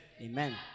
Amen